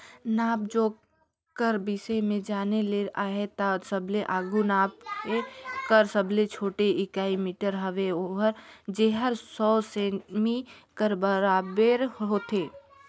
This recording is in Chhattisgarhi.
नाप जोख कर बिसे में जाने ले अहे ता सबले आघु नापे कर सबले छोटे इकाई मीटर हवे जेहर सौ सेमी कर बराबेर होथे